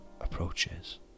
approaches